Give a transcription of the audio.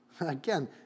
again